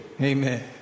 Amen